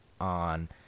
On